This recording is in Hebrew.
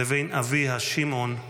לבין אביה, שמעון,